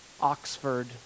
Oxford